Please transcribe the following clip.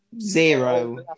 zero